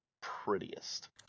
prettiest